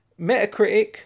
Metacritic